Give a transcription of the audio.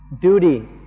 duty